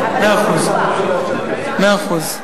מאה אחוז.